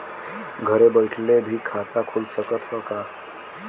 घरे बइठले भी खाता खुल सकत ह का?